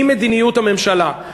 היא מדיניות הממשלה.